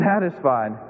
satisfied